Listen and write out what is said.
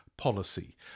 policy